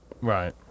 right